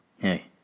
Hey